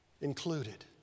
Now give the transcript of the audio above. included